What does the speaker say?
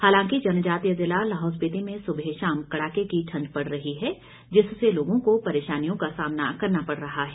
हालांकि जनजातीय जिला लाहौल स्पीति में सुबह शाम कड़ाके की ठंड पड़ रही है जिससे लोगों को परेशानियों का सामना करना पड़ रहा है